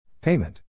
Payment